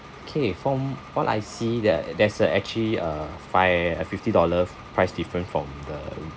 K from what I see there there's uh actually uh five uh fifty dollar price different from the